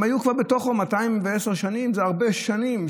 הם היו כבר בתוכה 210 שנים, זה הרבה שנים.